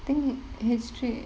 I think history